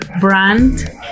brand